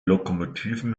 lokomotiven